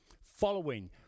Following